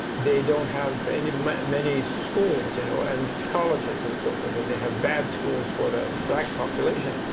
they don't have and you know many schools you know and colleges and so forth. and they have bad schools for the black population.